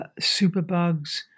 superbugs